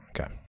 Okay